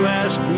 ask